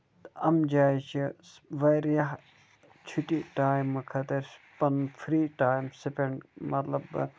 یِم جایہِ چھِ واریاہ چھُٹی ٹایمہٕ خٲطرٕ پَنُن فرٛی ٹایِم سُپینٛڈ مطلب